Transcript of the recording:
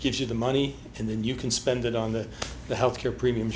gives you the money and then you can spend it on the health care premium